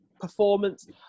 performance